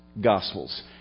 gospels